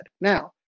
Now